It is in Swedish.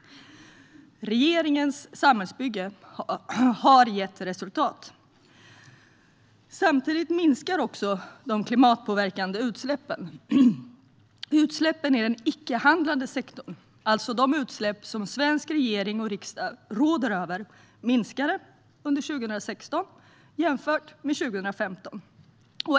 Regeringens samhällsbygge har gett resultat. Samtidigt minskar också de klimatpåverkande utsläppen. Utsläppen i den icke-handlande sektorn, alltså de utsläpp som svensk regering och riksdag råder över, minskade under 2016 jämfört med 2015.